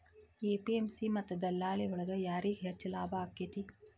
APMC ಮತ್ತ ದಲ್ಲಾಳಿ ಒಳಗ ಯಾರಿಗ್ ಹೆಚ್ಚಿಗೆ ಲಾಭ ಆಕೆತ್ತಿ?